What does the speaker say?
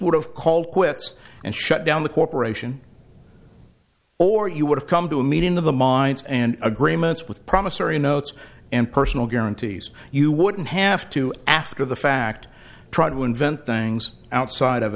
would have called quits and shut down the corporation or you would have come to a meeting of the minds and agreements with promissory notes and personal guarantees you wouldn't have to after the fact try to invent things outside of